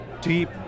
deep